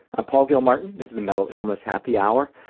i'm paul gilmartin, this is the mental illness happy hour,